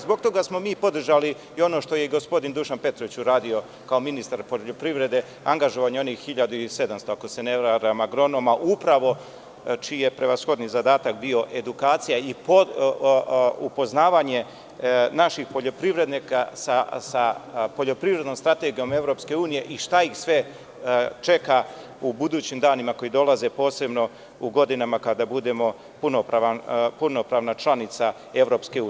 Zbog toga smo mi podržali ono što je gospodin Dušan Petrović uradio kao ministar poljoprivrede, angažovanje onih 1.700 agronoma, čiji je prevashodni zadatak bio edukacija i upoznavanje naših poljoprivrednika sa poljoprivrednom strategijom EU i šta ih sve čeka u budućim danima koji dolaze, posebno u godinama kada budemo punopravna članica EU.